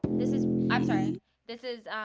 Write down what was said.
this is i'm saying this is